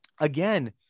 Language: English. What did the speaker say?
again